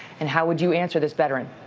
and how would you answer this veteran?